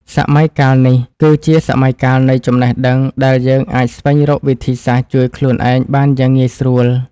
សម័យកាលនេះគឺជាសម័យកាលនៃចំណេះដឹងដែលយើងអាចស្វែងរកវិធីសាស្រ្តជួយខ្លួនឯងបានយ៉ាងងាយស្រួល។